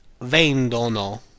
VENDONO